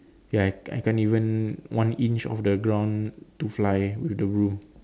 ya I I can't even one inch off the ground to fly with the broom